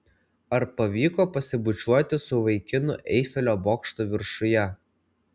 ar pavyko pasibučiuoti su vaikinu eifelio bokšto viršuje